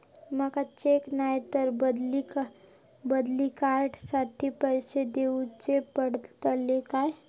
माका चेक नाय तर बदली कार्ड साठी पैसे दीवचे पडतले काय?